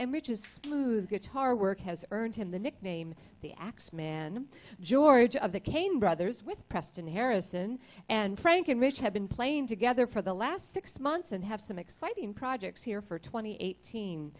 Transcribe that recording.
the guitar work has earned him the nickname the axe man george of the caine brothers with preston harrison and frank and rich have been playing together for the last six months and have some exciting projects here for twenty eight